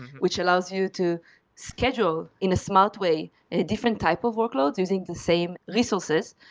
which allows you to schedule in a smart way different type of workloads using the same resources,